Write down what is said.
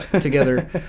together